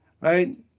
right